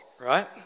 right